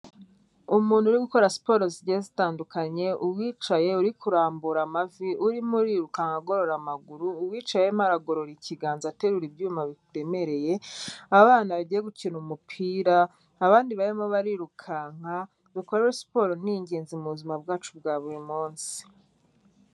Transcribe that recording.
Umuntu uri gukora siporo zigiye zitandukanye, uwicaye uri kurambura amavi, urimo urirukanka agorora amaguru, uwicaye arimo aragorora ikiganza aterura ibyuma biremereye, abana bagiye gukina umupira abandi barimo barirukanka, nuko rero siporo ni ingenzi mu buzima bwacu bwa buri munsi.